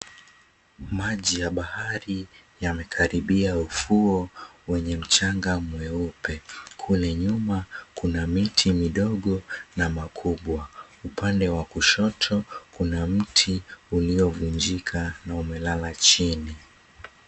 Maji ya bahari yamekaribia ufuo wenye mchanga mweupe. Kule nyuma kuna miti midogo na makubwa. Upande wa kushoto kuna mti uliovunjika na umelala chini.